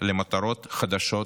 למטרות חדשות,